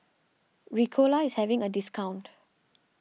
Ricola is having a discount